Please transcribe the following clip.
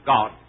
God